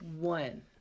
one